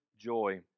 joy